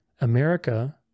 America